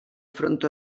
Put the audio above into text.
front